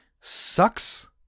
sucks